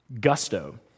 gusto